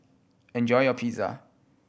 enjoy your Pizza